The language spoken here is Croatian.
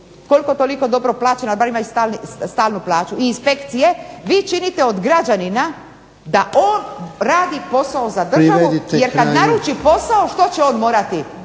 koliko toliko dobro plaćene ali bar imaju stalnu plaću, i inspekcije, vi činite od građanina da on radi posao za državu… **Jarnjak, Ivan (HDZ)**